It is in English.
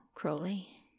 Crowley